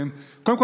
קודם כול,